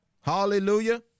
Hallelujah